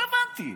לא הבנתי.